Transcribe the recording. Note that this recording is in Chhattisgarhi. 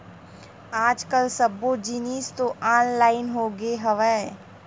आज कल सब्बो जिनिस तो ऑनलाइन होगे हवय